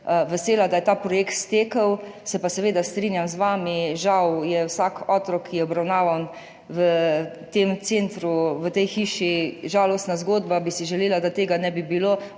vesela, da je ta projekt stekel. Se pa seveda strinjam z vami, žal je vsak otrok, ki je obravnavan v tem centru, v tej hiši, žalostna zgodba, želela bi si, da tega ne bi bilo,